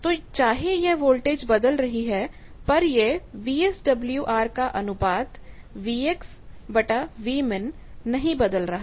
तो चाहे यह वोल्टेज बदल रही है पर यह वीएसडब्ल्यूआर का अनुपात VmaxVmin नहीं बदल रहा